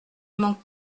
manque